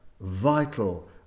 vital